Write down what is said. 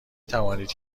توانید